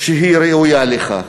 ראויה לכך.